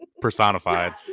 personified